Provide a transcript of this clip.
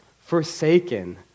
forsaken